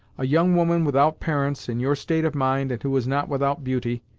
a young woman without parents, in your state of mind, and who is not without beauty,